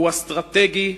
הוא אסטרטגי.